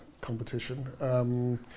competition